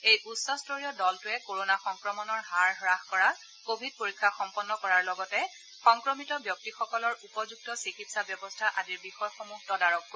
এই উচ্চন্তৰীয় দলটোৱে কৰনা সংক্ৰমণৰ হাৰ হাস কৰা কভিড পৰীক্ষা সম্পন্ন কৰাৰ লগতে সংক্ৰমিত ব্যক্তিসকলৰ উপযুক্ত চিকিৎসা ব্যৱস্থা আদিৰ বিষয়সমূহ তদাৰক কৰিব